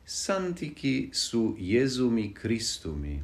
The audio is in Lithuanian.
santykį su jėzumi kristumi